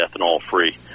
ethanol-free